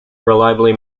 reliably